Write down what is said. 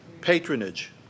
patronage